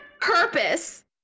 purpose